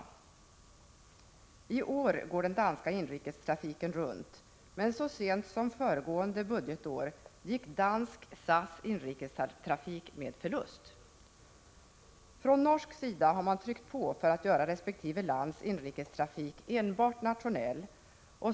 I år går den danska inrikestrafiken runt, men så sent som föregående budgetår gick dansk SAS-inrikestrafik med förlust. Från norsk sida har man tryckt på för att göra resp. lands inrikestrafik enbart nationell.